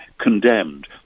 condemned